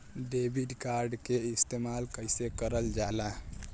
Debit card के इस्तेमाल कइसे करल जाला?